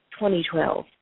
2012